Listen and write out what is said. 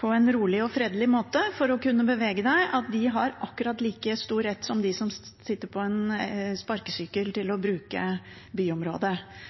på en rolig og fredelig måte for å kunne bevege seg – har akkurat like stor rett til å bruke byområdet som de som står på en sparkesykkel. Det er vårt ansvar å